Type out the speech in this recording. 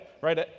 right